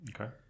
Okay